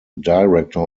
director